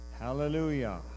Hallelujah